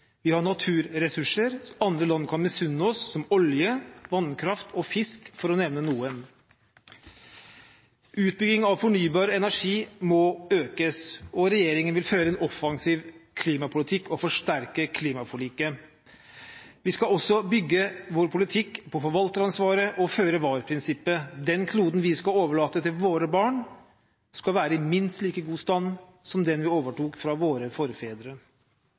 Vi har naturressurser andre land kan misunne oss, som olje, vannkraft og fisk – for å nevne noen. Utbygging av fornybar energi må økes, og regjeringen vil føre en offensiv klimapolitikk og forsterke klimaforliket. Vi skal også bygge vår politikk på forvalteransvaret og føre-var-prinsippet. Den kloden vi skal overlate til våre barn, skal være i minst like god stand som den vi overtok fra våre forfedre.